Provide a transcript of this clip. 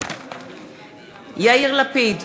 יאיר לפיד,